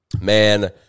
man